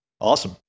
Awesome